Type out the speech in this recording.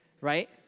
right